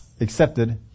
accepted